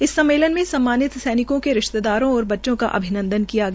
इस सम्मेलन में सम्मानित सैनिकों के रिशतेदार और बच्चों का अभिनंदन किया गया